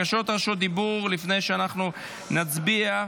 בקשות רשות דיבור, לפני שאנחנו נצביע.